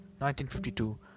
1952